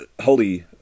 holy